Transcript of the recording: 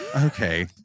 Okay